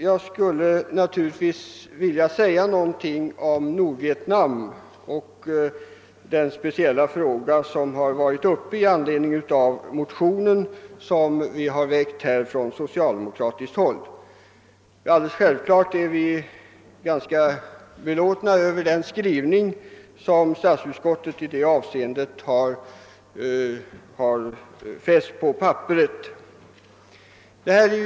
Jag vill naturligtivis säga någonting om Nordvietnam och den speciella fråga som har varit uppe i anledning av den motion som väckts från socialdemokratiskt håll. Alldeles självklart är vi ganska belåtna över den skrivning som statsutskottet i det avseendet har fäst på papperet.